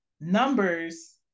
numbers